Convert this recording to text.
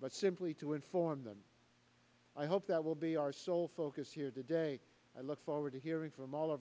but simply to inform them i hope that will be our sole focus here today i look forward to hearing from all of